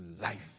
life